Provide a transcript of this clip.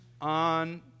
on